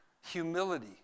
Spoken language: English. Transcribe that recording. humility